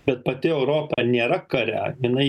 bet pati europa nėra kare jinai